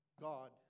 God